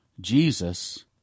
Jesus